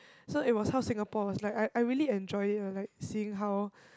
so it was how Singapore was like I I really enjoy it ah like seeing how